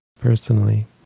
personally